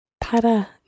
Para